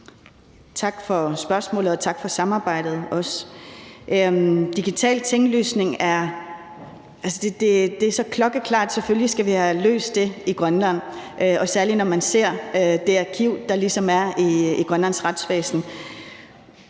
tak for samarbejdet. I forhold til digital tinglysning er det så klokkeklart, nemlig at selvfølgelig skal vi have løst det i Grønland, og særlig når man ser det arkiv, der er i Grønlands retsvæsen.